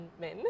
men